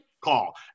call